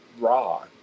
raw